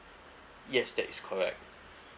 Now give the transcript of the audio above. yes that is correct